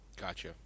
Gotcha